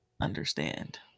understand